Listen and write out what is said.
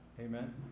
Amen